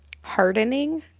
hardening